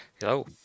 Hello